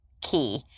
key